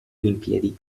olimpiadi